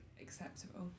acceptable